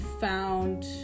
found